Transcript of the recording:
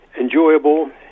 enjoyable